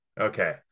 Okay